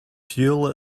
fuel